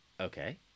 Okay